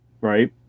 right